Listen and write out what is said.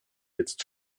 jetzt